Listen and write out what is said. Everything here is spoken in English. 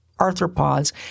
arthropods